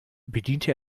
bediente